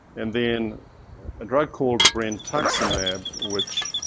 and then a drug called brentuximab, which